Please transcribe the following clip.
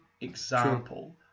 example